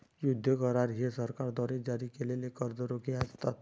युद्ध करार हे सरकारद्वारे जारी केलेले कर्ज रोखे असतात